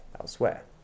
elsewhere